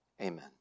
amen